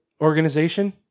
organization